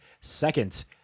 Second